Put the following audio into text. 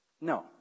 No